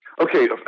Okay